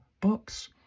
books